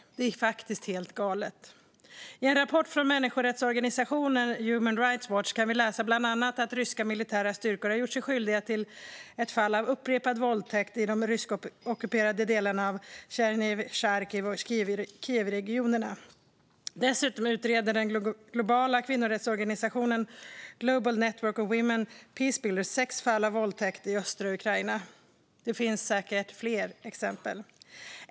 Det är faktiskt helt galet. I en rapport från människorättsorganisationen Human Rights Watch kan vi bland annat läsa att ryska militära styrkor gjort sig skyldiga till fall av upprepad våldtäkt i de ryskockuperade delarna av Tjernihiv, Charkiv och Kievregionerna. Dessutom utreder den globala kvinnorättsorganisationen Global Network of Women Peacebuilders sex fall av våldtäkt i östra Ukraina. Det finns säkert fler exempel.